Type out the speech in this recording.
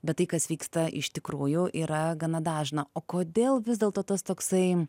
bet tai kas vyksta iš tikrųjų yra gana dažna o kodėl vis dėlto tas toksai